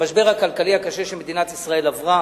המשבר הכלכלי הקשה שמדינת ישראל עברה,